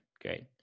Great